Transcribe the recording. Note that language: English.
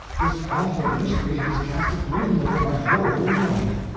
this awful mystery has cast a gloom over my whole life.